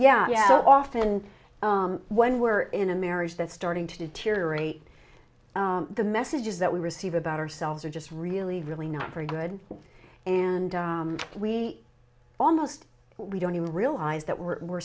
yeah so often when we're in a marriage that's starting to deteriorate the messages that we receive about ourselves are just really really not very good and we almost we don't even realize that we're